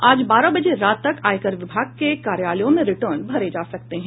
आज बारह बजे रात तक आयकर विभाग के कार्यालयों में रिटर्न भरे जा सकते हैं